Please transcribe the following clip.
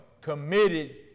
committed